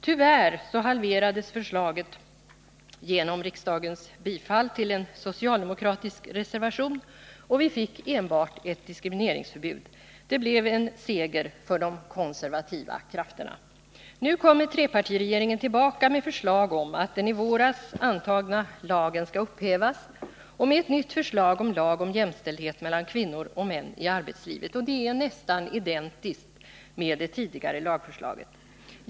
Tyvärr halverades förslaget genom riksdagens bifall till en socialdemokratisk reservation, och vi fick enbart ett diskrimineringsförbud. Det blev en seger för de konservativa krafterna. Nu kommer trepartiregeringen tillbaka med förslag om att den i våras antagna lagen skall upphävas och med ett nytt förslag om lag om jämställdhet mellan kvinnor och män i arbetslivet. Det förslaget är nästan identiskt med det tidigare lagförslaget.